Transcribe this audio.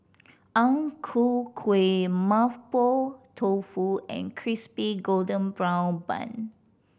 Ang Ku Kueh Mapo Tofu and Crispy Golden Brown Bun